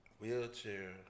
wheelchair